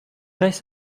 res